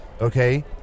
Okay